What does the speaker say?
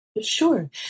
Sure